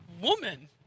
woman